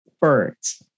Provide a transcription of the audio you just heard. birds